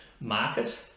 market